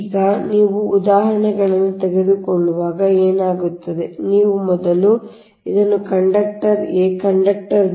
ಈಗ ನೀವು ಉದಾಹರಣೆಗೆ ತೆಗೆದುಕೊಳ್ಳುವಾಗ ಏನಾಗುತ್ತದೆ ನೀವು ಮೊದಲು ಇದನ್ನು ಕಂಡಕ್ಟರ್ a ಇದು ಕಂಡಕ್ಟರ್ b